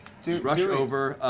rush over.